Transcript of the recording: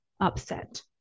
upset